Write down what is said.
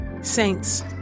Saints